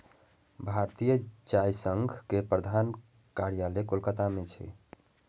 भारतीय चाय संघ के प्रधान कार्यालय कोलकाता मे छै